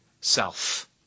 self